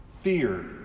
Fear